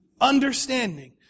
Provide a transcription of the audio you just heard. Understanding